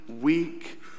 weak